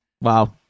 Wow